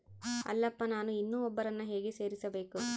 ಅಲ್ಲಪ್ಪ ನಾನು ಇನ್ನೂ ಒಬ್ಬರನ್ನ ಹೇಗೆ ಸೇರಿಸಬೇಕು?